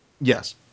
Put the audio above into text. yes